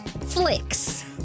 flicks